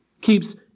keeps